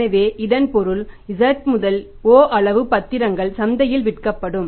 எனவே இதன் பொருள் z o அளவு பத்திரங்கள் சந்தையில் விற்கப்படும்